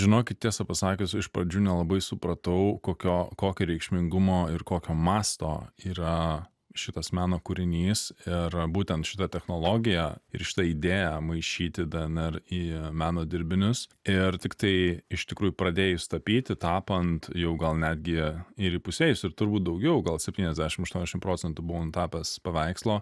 žinokit tiesą pasakius iš pradžių nelabai supratau kokio kokio reikšmingumo ir kokio masto yra šitas meno kūrinys ir būtent šita technologija ir šita idėja maišyti dnr į meno dirbinius ir tiktai iš tikrųjų pradėjus tapyti tapant jau gal netgi ir įpusėjus ir turbūt daugiau gal septyniasdešim aštuoniasdešim procentų buvau nutapęs paveikslo